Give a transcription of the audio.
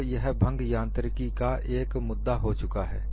और यह भंग यांत्रिकी का एक मुद्दा हो चुका है